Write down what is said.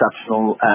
exceptional